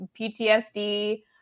PTSD